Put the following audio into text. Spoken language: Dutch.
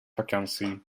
vakantie